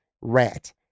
Rat